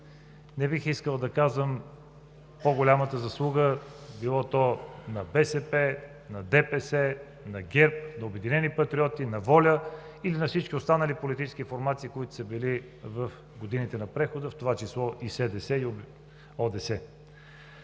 Не бих искал да казвам чия е по-голямата заслуга – било то на БСП, на ДПС, на ГЕРБ, на „Обединени патриоти“, на ВОЛЯ или на всички останали политически формации, които са били в годините на прехода, в това число и СДС, и ОДС.